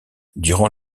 durant